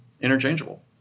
interchangeable